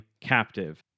Captive